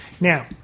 Now